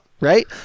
right